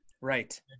right